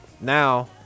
Now